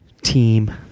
team